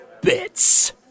bits